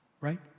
Right